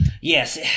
Yes